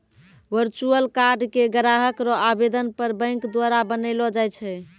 virtual card के ग्राहक रो आवेदन पर बैंक द्वारा बनैलो जाय छै